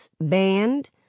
band